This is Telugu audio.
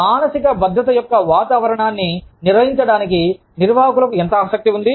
మానసిక భద్రత యొక్క వాతావరణాన్ని నిర్వహించడానికి నిర్వాహకులకు ఎంత ఆసక్తి ఉంది